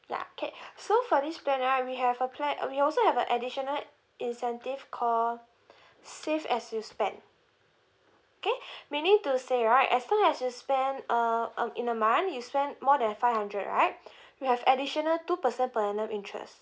ya K so for this plan right we have a plan uh we also have a additional incentive call save as you spend okay meaning to say right as long as you spend uh um in the month you spend more than five hundred right we have additional two percent per annum interest